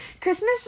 Christmas